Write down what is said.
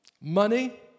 Money